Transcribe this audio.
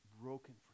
broken